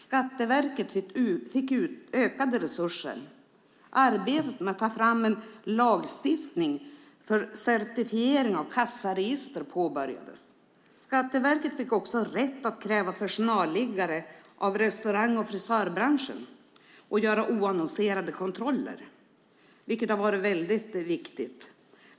Skatteverket fick ökade resurser. Arbetet med att ta fram en lagstiftning för certifiering av kassaregister påbörjades. Skatteverket fick också rätt att kräva personalliggare av restaurang och frisörbranschen och göra oannonserade kontroller, vilket har varit väldigt viktigt.